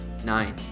nine